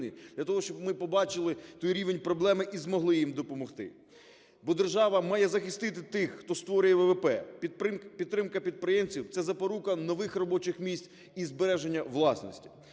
для того, щоб ми побачили той рівень проблеми і змогли їм допомогти. Бо держава має захистити тих, хто створює ВВП, підтримка підприємців – це запорука нових робочих місць і збереження власності.